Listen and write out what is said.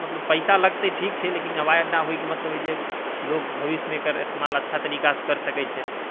मतलब पैसा लगतै ठीक छै लेकिन हवाइअड्डा होइके मतलब हइ जे लोक भविष्यमे एकर इस्तेमाल अच्छा तरीकासँ करि सकै छै